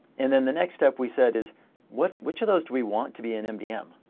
and then the next step we said, is which which of those do we want to be an mdm?